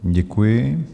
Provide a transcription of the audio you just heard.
Děkuji.